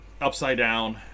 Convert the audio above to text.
upside-down